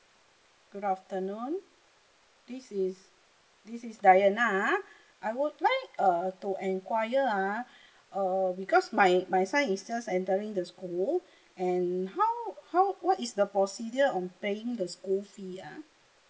good afternoon this is this is diana ah I would like uh to enquire ah err because my my son is just entering the school and how how what is the procedure on paying the school fee ah